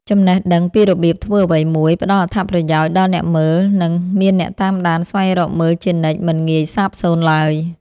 ចំណេះដឹងពីរបៀបធ្វើអ្វីមួយផ្ដល់អត្ថប្រយោជន៍ដល់អ្នកមើល និង មានអ្នកតាមដានស្វែងរកមើលជានិច្ចមិនងាយសាបសូន្យឡើយ។